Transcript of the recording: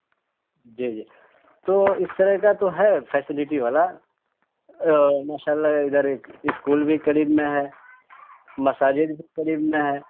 جی جی تو اس طرح کا تو ہے فیسیلیٹی والا ماشاء اللہ ادھر ایک اسکول بھی قریب میں ہے مساجد بھی قریب میں ہے